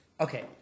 Okay